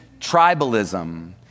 tribalism